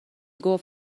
گفت